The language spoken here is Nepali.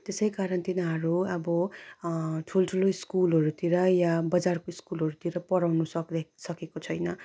त्यसै कारण तिनीहरू अब ठुल्ठुलो स्कुलहरूतिर या बजारको स्कुलहरूतिर पढाउनु सकेको छैन